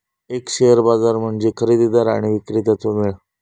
एक शेअर बाजार म्हणजे खरेदीदार आणि विक्रेत्यांचो मेळ